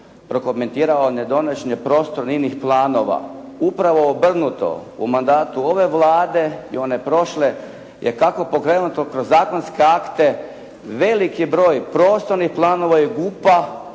prokomentirao ne donošenje … /Govornik se ne razumije./ … planova. Upravo obrnuto. U mandatu ove Vlade i one prošle je kako pokrenuto kroz zakonske akte, veliki je broj prostornih planova i GUP-a